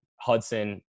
Hudson